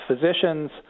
physicians